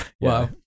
wow